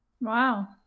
Wow